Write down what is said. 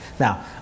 Now